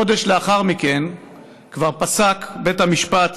חודש לאחר מכן כבר פסק בית המשפט